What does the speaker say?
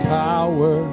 power